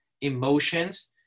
emotions